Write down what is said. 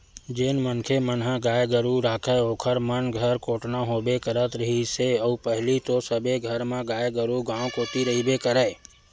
जेन मनखे मन ह गाय गरु राखय ओखर मन घर कोटना होबे करत रिहिस हे अउ पहिली तो सबे घर म गाय गरु गाँव कोती रहिबे करय